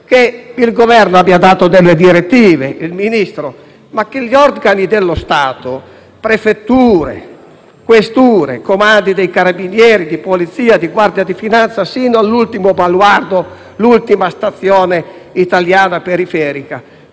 e il Ministro abbiano dato delle direttive, ma che gli organi dello Stato (prefetture, questure, comandi dei Carabinieri, di Polizia, di Guardia di finanza, fino all'ultimo baluardo, all'ultima stazione italiana periferica)